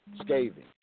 scathing